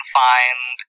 find